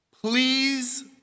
Please